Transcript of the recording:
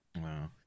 Wow